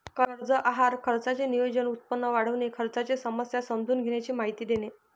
कर्ज आहार खर्चाचे नियोजन, उत्पन्न वाढविणे, खर्चाच्या समस्या समजून घेण्याची माहिती देणे